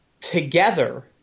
together